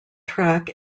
track